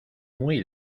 muy